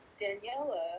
Daniela